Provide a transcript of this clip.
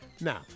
Now